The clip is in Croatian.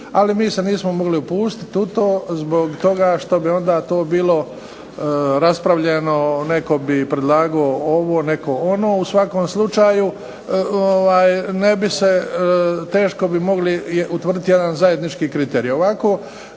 ali mi se nismo mogli upustit u to zbog toga što bi onda to bilo raspravljeno, netko bi predlagao ovo, netko ono. U svakom slučaju, teško bi mogli utvrditi jedan zajednički kriterij.